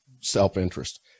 self-interest